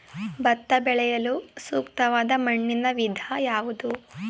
ಭತ್ತ ಬೆಳೆಯಲು ಸೂಕ್ತವಾದ ಮಣ್ಣಿನ ವಿಧ ಯಾವುದು?